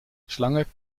slangen